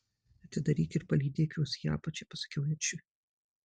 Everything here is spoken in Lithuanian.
atidaryk ir palydėk juos į apačią pasakiau edžiui